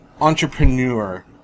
entrepreneur